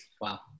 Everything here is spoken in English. wow